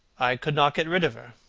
i could not get rid of her.